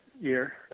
year